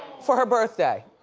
for her birthday.